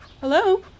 hello